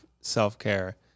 self-care